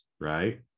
right